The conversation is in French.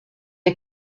est